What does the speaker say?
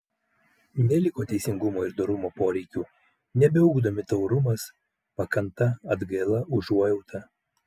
neliko teisingumo ir dorumo poreikių nebeugdomi taurumas pakanta atgaila užuojauta